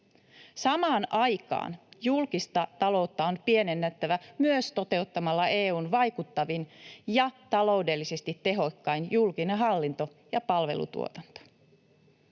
Samaan aikaan julkista ta-loutta on pienennettävä myös toteuttamalla EU:n vaikuttavin ja taloudellisesti tehokkain julkinen hallinto ja palvelutuotanto.